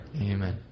Amen